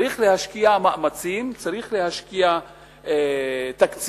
צריך להשקיע מאמצים, צריך להשקיע תקציבים,